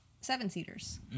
seven-seaters